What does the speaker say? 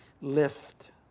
lift